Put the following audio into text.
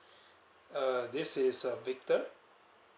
uh this is uh victor